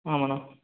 ஆமாண்ணா